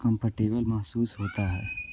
comfortable महसूस होता है